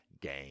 gang